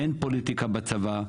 אין פוליטיקה בצבא.